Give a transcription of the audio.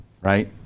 right